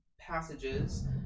passages